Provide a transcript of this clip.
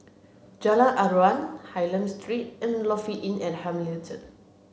Jalan Aruan Hylam Street and Lofi Inn at Hamilton